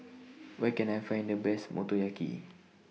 Where Can I Find The Best Motoyaki